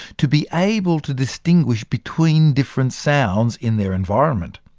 to be able to distinguish between different sounds in their environment.